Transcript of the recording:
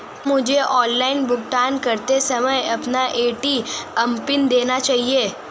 क्या मुझे ऑनलाइन भुगतान करते समय अपना ए.टी.एम पिन देना चाहिए?